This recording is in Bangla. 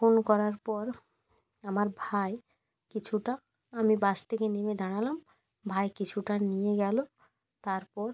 ফোন করার পর আমার ভাই কিছুটা আমি বাস থেকে নেমে দাঁড়ালাম ভাই কিছুটা নিয়ে গেলো তারপর